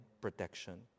protection